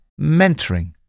mentoring